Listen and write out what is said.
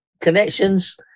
connections